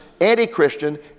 anti-Christian